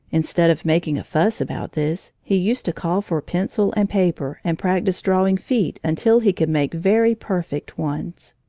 instead of making a fuss about this, he used to call for pencil and paper and practise drawing feet until he could make very perfect ones.